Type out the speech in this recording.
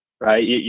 right